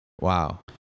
Wow